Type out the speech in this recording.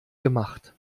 gemacht